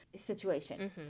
situation